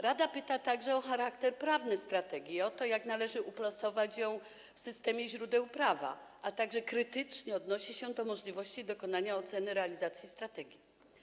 Rada pyta także o charakter prawny strategii i o to, jak należy uplasować ją w systemie źródeł prawa, a także krytycznie odnosi się do możliwości dokonania oceny realizacji strategii.